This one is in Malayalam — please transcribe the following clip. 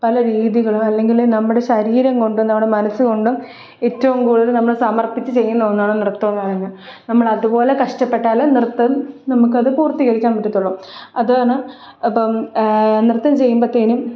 പല രീതികളും അല്ലെങ്കിൽ നമ്മുടെ ശരീരം കൊണ്ടും നമ്മുടെ മനസ്സുകൊണ്ടും ഏറ്റവും കൂടുതൽ നമ്മൾ സമർപ്പിച്ച് ചെയ്യുന്ന ഒന്നാണ് നൃത്തം എന്ന് പറയുന്നത് നമ്മളതുപോലെ കഷ്ടപ്പെട്ടാൽ നൃത്തം നമുക്കത് പൂർത്തീകരിക്കാൻ പറ്റത്തുള്ളൂ അതാണ് അപ്പം നൃത്തം ചെയ്യുമ്പോഴത്തേക്കും